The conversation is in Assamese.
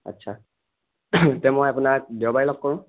আচ্ছা তে মই আপোনাক দেওবাৰে লগ কৰোঁ